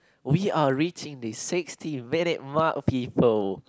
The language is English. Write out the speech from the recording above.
we are reaching the sixty minutes mark people